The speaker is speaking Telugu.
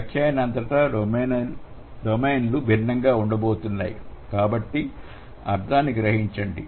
వ్యాఖ్యానాలు అంతటా డొమైన్ లు భిన్నంగా ఉండబోతున్నాయి కాబట్టి అర్థాన్ని గ్రహించండి